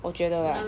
我觉得 lah